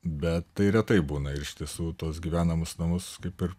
bet tai retai būna ir iš tiesų tos gyvenamus namus kaip ir